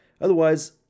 Otherwise